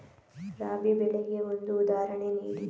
ರಾಬಿ ಬೆಳೆಗೆ ಒಂದು ಉದಾಹರಣೆ ನೀಡಿ